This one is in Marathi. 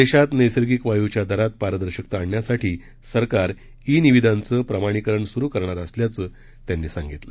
दक्षित नैसर्गिक वायूच्या दरात पारदर्शकता आणण्यासाठी सरकार ई निविदांचं प्रमाणिकरण सुरु करणार असल्याचं त्यांनी सांगितलं